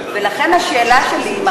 ולכן השאלה שלי היא,